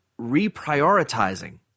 reprioritizing